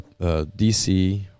DC